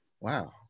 Wow